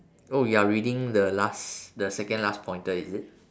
oh you are reading the last the second last pointer is it